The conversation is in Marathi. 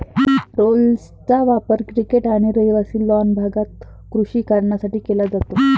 रोलर्सचा वापर क्रिकेट आणि रहिवासी लॉन भागात कृषी कारणांसाठी केला जातो